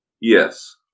Yes